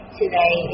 today